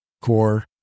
core